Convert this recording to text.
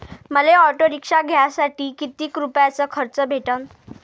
मले auto rickshaw घ्यासाठी कितीक रुपयाच कर्ज भेटनं?